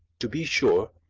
to be sure,